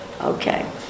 Okay